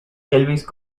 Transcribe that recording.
elvis